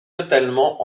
totalement